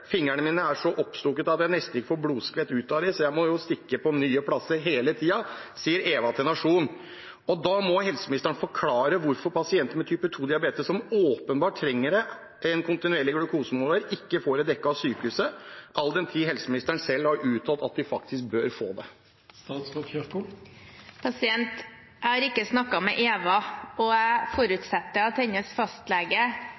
mine er så oppstukket at jeg nesten ikke får blodskvetten ut av dem, så jeg må jo stikke på nye plasser hele tiden.» Da må helseministeren forklare hvorfor pasienter med type 2-diabetes som åpenbart trenger en kontinuerlig glukosemåler, ikke får det dekket av sykehuset, all den tid helseministeren selv har uttalt at de bør få det. Jeg har ikke snakket med Eva Pedersen, og jeg